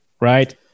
right